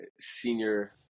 senior